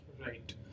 Right